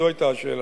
זו היתה השאלה.